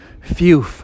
phew